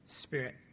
spirit